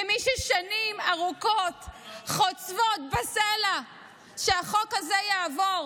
במי ששנים ארוכות חוצבות בסלע כדי שהחוק הזה יעבור,